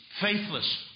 faithless